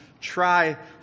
try